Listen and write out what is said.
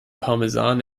parmesan